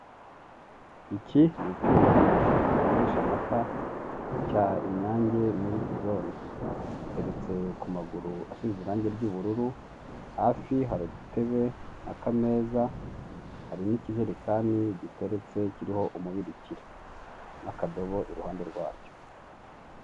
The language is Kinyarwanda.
Iki ni icyuma gikonjesha amata cya inyange mirikizone giteretse ku maguru asize irangi ry'ubururu, hafi hari udutebe n'akameza hari n'ikijerekani giteretse kiriho umubirikira n'akadobo iruhande rwacyo.